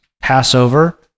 passover